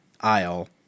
aisle